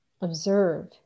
Observe